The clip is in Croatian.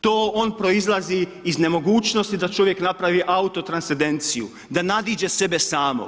To on proizlazi iz nemogućnosti da čovjek napravi autotranscedenciju, da nadiđe sebe samog.